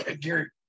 Gary